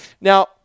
Now